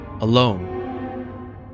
alone